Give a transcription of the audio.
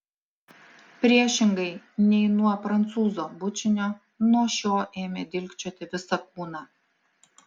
priešingai nei nuo prancūzo bučinio nuo šio ėmė dilgčioti visą kūną